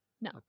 No